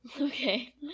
Okay